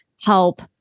help